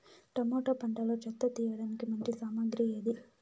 Tomato పంటలో చెత్త తీయడానికి మంచి సామగ్రి ఏది?